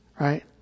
Right